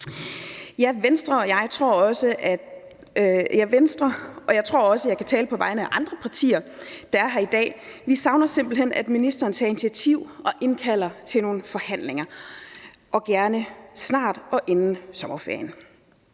se ud. Venstre – jeg tror også, at jeg kan tale på vegne af andre partier, der er her i dag – savner simpelt hen, at ministeren tager et initiativ og indkalder til nogle forhandlinger, gerne snart og inden sommerferien.